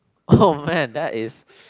oh man that is